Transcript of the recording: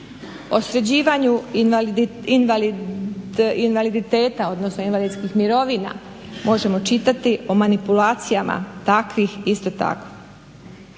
sređivanju invaliditeta odnosno invalidskih mirovina možemo čitati o manipulacijama takvih isto tako.